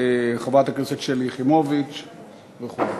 חברת הכנסת שלי יחימוביץ וכו'.